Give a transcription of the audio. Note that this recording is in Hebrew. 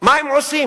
מה הם עושים.